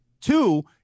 Two